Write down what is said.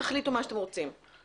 תחליטו מה שאתם רוצים.